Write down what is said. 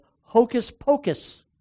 hocus-pocus